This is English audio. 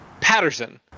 Patterson